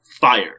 fire